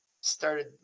started